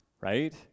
right